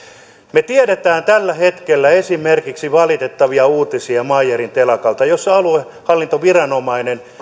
me tiedämme tällä hetkellä esimerkiksi valitettavia uutisia meyerin telakalta jossa aluehallintoviranomainen